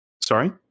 sorry